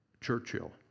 Churchill